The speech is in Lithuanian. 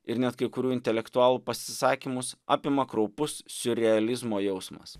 ir net kai kurių intelektualų pasisakymus apima kraupus siurrealizmo jausmas